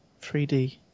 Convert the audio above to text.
3D